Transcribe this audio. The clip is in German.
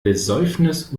besäufnis